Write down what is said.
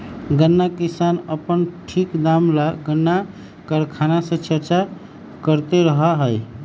गन्ना किसान अपन ठीक दाम ला गन्ना कारखाना से चर्चा करते रहा हई